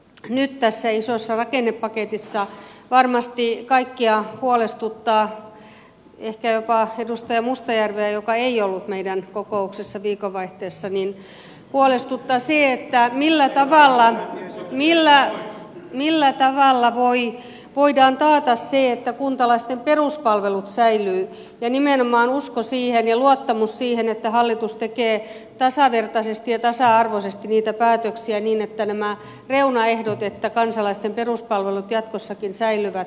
nyt tässä isossa rakennepaketissa varmasti kaikkia ehkä jopa edustaja mustajärveä joka ei ollut meidän kokouksessamme viikonvaihteessa huolestuttaa se millä tavalla voidaan taata se että kuntalaisten peruspalvelut säilyvät ja nimenomaan usko siihen ja luottamus siihen että hallitus tekee tasavertaisesti ja tasa arvoisesti niitä päätöksiä niin että toteutuvat nämä reunaehdot että kansalaisten peruspalvelut jatkossakin säilyvät